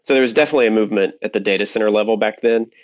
there was definitely a movement at the data center level back then,